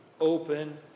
open